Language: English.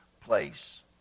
place